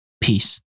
Peace